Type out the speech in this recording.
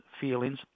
feelings